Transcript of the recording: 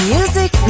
Music